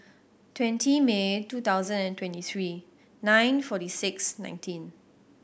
twenty May two thousand and twenty three nine forty six nineteen